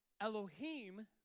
Elohim